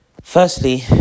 firstly